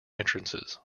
entrances